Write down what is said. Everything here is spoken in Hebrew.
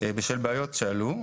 בשל בעיות שעלו.